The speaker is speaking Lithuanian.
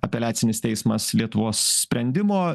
apeliacinis teismas lietuvos sprendimo